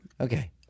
Okay